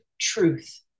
truth